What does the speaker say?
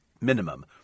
minimum